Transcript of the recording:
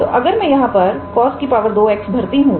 तो अगर मैं यहां पर 𝑐𝑜𝑠2𝑥 भर्ती हूं